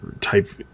type